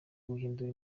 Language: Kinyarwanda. guhindura